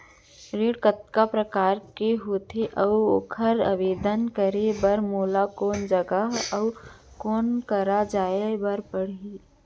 ऋण कतका प्रकार के होथे अऊ ओखर आवेदन करे बर मोला कोन जगह अऊ कोन करा जाए बर लागही?